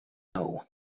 know